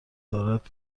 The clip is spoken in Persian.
دارد